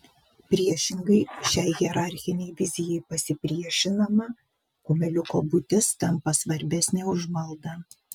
priešingai šiai hierarchinei vizijai pasipriešinama kumeliuko būtis tampa svarbesnė už maldą